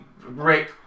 great